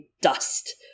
Dust